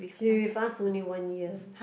she fast only one years